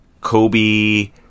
Kobe